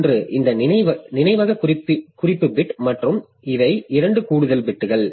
ஒன்று இந்த நினைவக குறிப்பு பிட் மற்றும் இவை இரண்டு கூடுதல் பிட்கள்